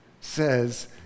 says